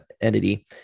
entity